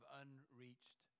unreached